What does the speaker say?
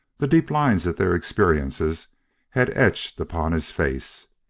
the deep lines that their experiences had etched upon his face.